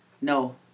No